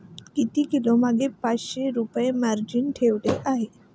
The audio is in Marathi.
मी किलोमागे पाचशे रुपये मार्जिन ठेवली आहे